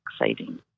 exciting